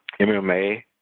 MMA